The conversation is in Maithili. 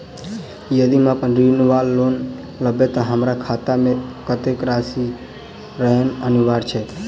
यदि हम ऋण वा लोन लेबै तऽ हमरा खाता मे कत्तेक राशि रहनैय अनिवार्य छैक?